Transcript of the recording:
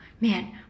Man